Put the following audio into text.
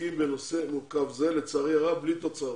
עוסקים בנושא מורכב זה אבל לצערי הרב ללא תוצאות.